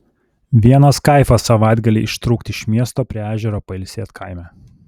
vienas kaifas savaitgalį ištrūkt iš miesto prie ežero pailsėt kaime